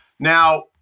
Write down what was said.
Now